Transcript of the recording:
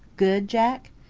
good, jack?